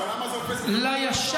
את אמזון, פייסבוק, למה אתה לא ממסה אותם?